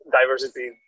diversity